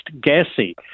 gassy